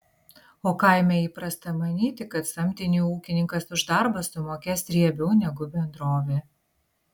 o kaime įprasta manyti kad samdiniui ūkininkas už darbą sumokės riebiau negu bendrovė